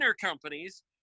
companies